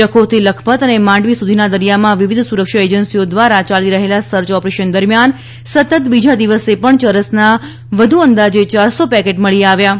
જખૌથી લખપત અને માંડવી સુધીના દરિયામાં વિવિધ સુરક્ષા એજન્સીઓ દ્વારા યાલી રહેલા સર્ચ ઓપરેશન દરમિયાન સતત બીજા દિવસે પણ ચરસના વધુ અંદાજે ચારસો પેકેટ મળી આવ્યા છે